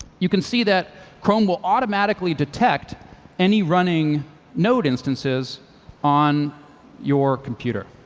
you can see that chrome will automatically detect any running node instances on your computer.